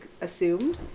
assumed